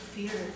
fear